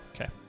Okay